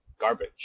garbage